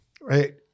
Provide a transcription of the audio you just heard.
right